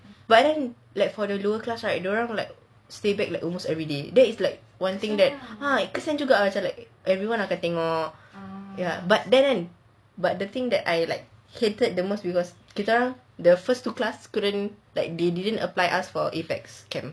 but then like for the lower class right dorang like stay back like almost everyday then is like one thing kesian juga macam like everyone akan tengok ya but then but the thing I hated the most because kita orang the first two class couldn't like they didn't apply us for A_P_E_X camp